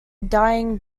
dying